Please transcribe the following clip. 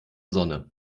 sonne